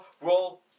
roll